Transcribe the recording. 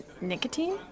Nicotine